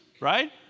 right